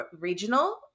regional